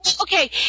Okay